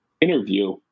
interview